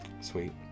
sweet